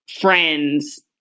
friends